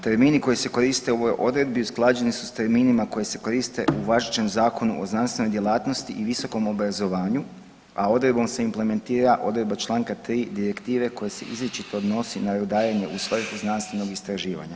Termini koji se koriste u ovoj odredbi usklađeni su s terminima koji se koriste u važećem Zakonu o znanstvenoj djelatnosti i visokom obrazovanju, a odredbom se implementira odredba čl. 3. direktive koja se izričito odnosi na rudarenje u svrhu znanstvenog istraživanja.